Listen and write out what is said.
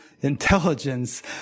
intelligence